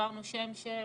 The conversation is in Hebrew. עברנו שם שם,